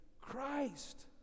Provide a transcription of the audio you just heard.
Christ